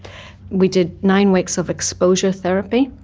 we did nine weeks of exposure therapy.